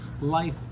life